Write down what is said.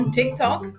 TikTok